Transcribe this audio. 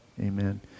Amen